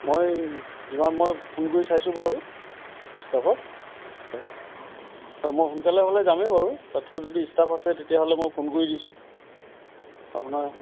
মই যিমান মই ফোন কৰি চাইছোঁ বাৰু ষ্টাফক হয় হয় মই সোনকালে হ'লে যামেই বাৰু তাতকৈ যদি ষ্টাফ আছে তেতিয়াহ'লে মই ফোন কৰি দিছোঁ আপোনাৰ